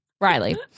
Riley